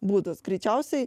būdus greičiausiai